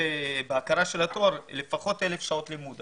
בהכרה של התואר לפחות 1,000 שעות לימוד.